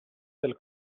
del